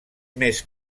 més